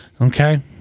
Okay